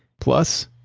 plus,